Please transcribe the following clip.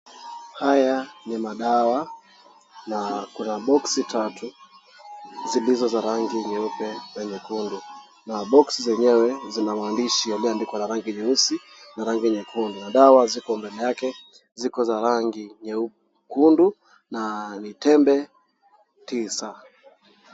Haya ni madawa na kuna boksi tatu zilizo za rangi nyeupe na nyekundu na boksi zenyewe zina maandishi yaliyoandikwa na rangi nyeusi na rangi nyekundu na dawa ziko mbele yake ziko za rangi nyekundu na ni tembe tisa.